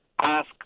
ask